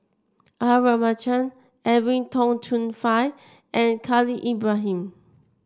R Ramachandran Edwin Tong Chun Fai and Khalil Ibrahim